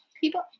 people